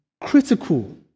critical